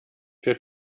für